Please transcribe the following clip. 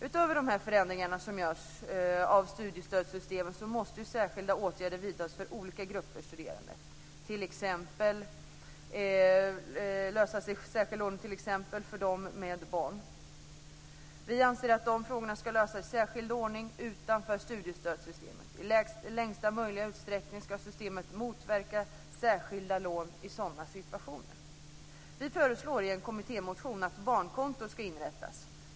Utöver förändringarna av studiestödssystemet måste särskilda åtgärder vidtas för olika grupper studerande, t.ex. särskilda lån för dem med barn. Vi anser att de frågorna ska lösas i särskild ordning utanför studiestödssystemet. I längsta möjliga utsträckning ska systemet motverka särskilda lån i sådana situationer. Vi föreslår i en kommittémotion att ett barnkonto ska inrättas.